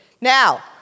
Now